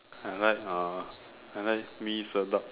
I like uh I like mee Sedap